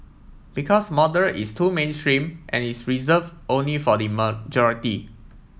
because moderate is too mainstream and is reserve only for the majority